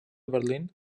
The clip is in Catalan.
berlín